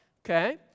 okay